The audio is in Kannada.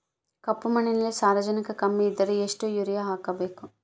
ಕಪ್ಪು ಮಣ್ಣಿನಲ್ಲಿ ಸಾರಜನಕ ಕಮ್ಮಿ ಇದ್ದರೆ ಎಷ್ಟು ಯೂರಿಯಾ ಹಾಕಬೇಕು?